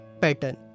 pattern